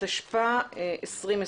התשפ"א-2020.